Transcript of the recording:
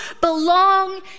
belong